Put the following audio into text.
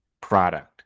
product